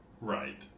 Right